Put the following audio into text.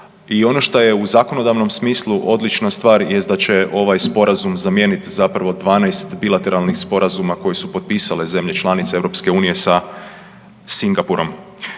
i ono što je u zakonodavnom smislu odlična stvar, je da će ovaj Sporazum zamijeniti zapravo 12 bilateralnih sporazuma koje su potpisale zemlje članice EU sa Singapurom.